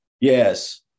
Yes